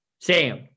Sam